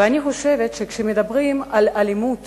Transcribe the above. ואני חושבת שכשמדברים על אלימות